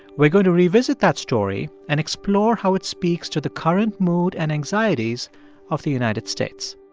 we're going to revisit that story and explore how it speaks to the current mood and anxieties of the united states